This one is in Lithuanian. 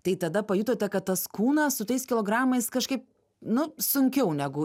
tai tada pajutote kad tas kūnas su tais kilogramais kažkaip nu sunkiau negu